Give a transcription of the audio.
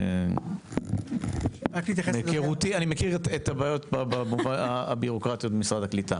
אני מכיר את הבעיות הבירוקרטיות במשרד הקליטה.